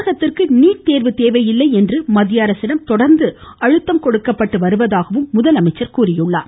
தமிழகத்திற்கு நீட்தேர்வு தேவையில்லை என்று மத்திய அரசிடம் தொடர்ந்து அழுத்தம் கொடுக்கப்பட்டு வருவதாகவும் அவர் தெரிவித்தார்